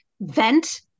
vent